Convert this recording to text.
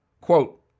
Quote